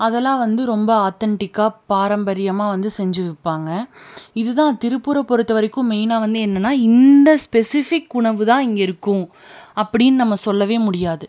அதல்லாம் வந்து ரொம்ப ஆத்தன்டிக்காக பாரம்பரியமாக வந்து செஞ்சு விற்பாங்க இதுதான் திருப்பூரை பொறுத்த வரைக்கும் மெய்னாக வந்து என்னனா இந்த ஸ்பெசிஃபிக் உணவுதான் இங்கே இருக்கும் அப்படினு நம்ம சொல்லவே முடியாது